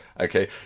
okay